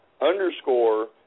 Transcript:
underscore